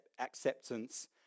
acceptance